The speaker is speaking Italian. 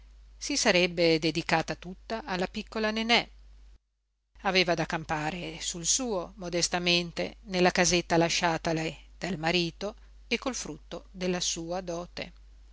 si sarebbe dedicata tutta alla piccola nenè aveva da campare sul suo modestamente nella casetta lasciatale dal marito e col frutto della sua dote